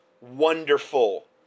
wonderful